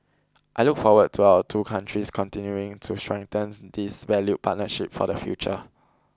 I look forward to our two countries continuing to strengthen this valued partnership for the future